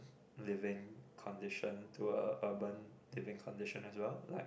living condition to a urban living condition as well like